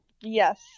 Yes